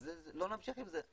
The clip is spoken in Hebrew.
אז לא נמשיך עם זה.